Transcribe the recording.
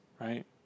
right